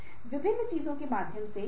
सामाजिक कौशल दूसरों के साथ संबंध रखना है